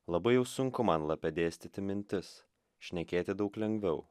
labai jau sunku man lape dėstyti mintis šnekėti daug lengviau